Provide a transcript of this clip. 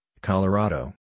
Colorado